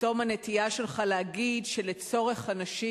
פתאום הנטייה שלך להגיד שלצורך הנשים